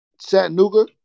Chattanooga